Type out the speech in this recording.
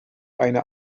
eine